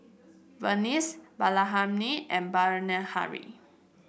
Verghese Bilahamni and Bilahari